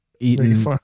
eating